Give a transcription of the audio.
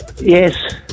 Yes